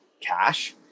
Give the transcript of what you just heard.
cash